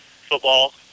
football